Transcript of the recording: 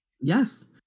Yes